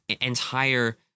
entire